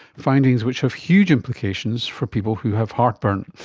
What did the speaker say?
findings which have huge implications for people who have heartburn.